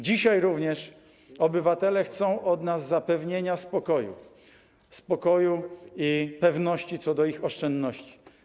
Dzisiaj również obywatele chcą od nas zapewnienia spokoju i pewności co do ich oszczędności.